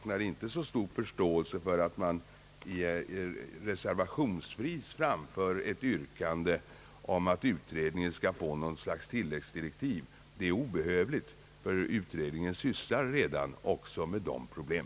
Jag saknar därför förståelse för att man reservationsvis framför ett yrkande om att utredningen bör få något slag av tilläggsdirektiv. Det är obehövligt, ty utredningen sysslar som sagt redan med dessa problem.